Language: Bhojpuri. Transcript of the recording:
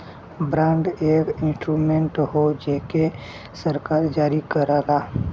बांड एक इंस्ट्रूमेंट हौ जेके सरकार जारी करला